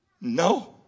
no